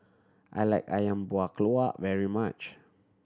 I like Ayam Buah Keluak very much